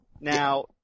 Now